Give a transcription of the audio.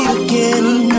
again